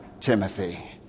Timothy